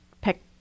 pick